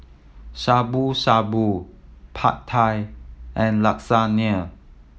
Shabu Shabu Pad Thai and Lasagna